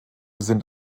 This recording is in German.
sind